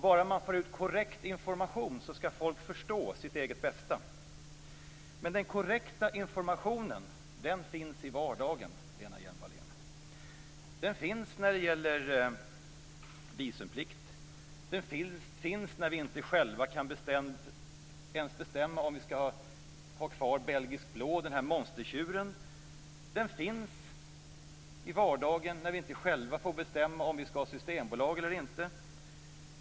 Bara man får ut korrekt information skall människor förstå sitt eget bästa. Den korrekta informationen finns i vardagen, Lena Hjelm-Wallén. Den finns när det gäller visumplikt. Den finns när vi inte själva ens kan bestämma om vi skall ha kvar monstertjuren av rasen belgisk blå. Den finns i vardagen när vi inte själva får bestämma om vi skall ha Systembolaget eller inte.